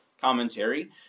commentary